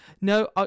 no